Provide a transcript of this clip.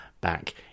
back